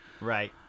Right